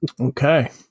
Okay